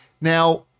Now